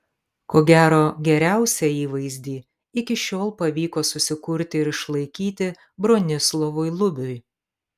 ko gero geriausią įvaizdį iki šiol pavyko susikurti ir išlaikyti bronislovui lubiui